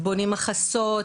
בונים מחסות,